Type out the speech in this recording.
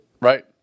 Right